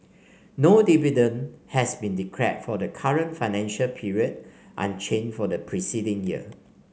no dividend has been declared for the current financial period unchanged from the preceding year